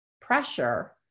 pressure